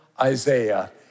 Isaiah